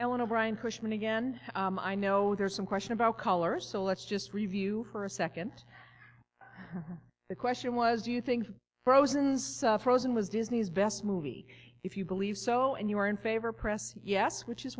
to brian cushman again i know there's some question about color so let's just review for a second the question was do you think rosen's frozen was disney's best movie if you believe so and you are in favor press yes which is